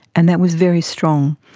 and that was very strong.